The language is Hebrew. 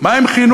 מה עם חינוך?